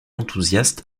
enthousiaste